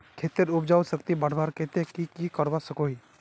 खेतेर उपजाऊ शक्ति बढ़वार केते की की करवा सकोहो ही?